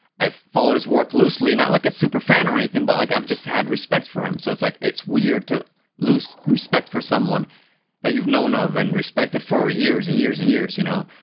i follow his work loosely, not like a super fan or anything but, like, i've just had respect for him so it's, like, it's weird to lose respect for someone that you've known of and respected for years and years and years, you know?